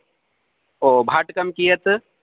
भाटकं कियत्